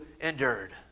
endured